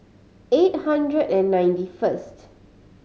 eight hundred and ninety first